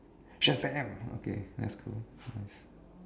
shazam okay that's cool nice